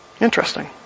Interesting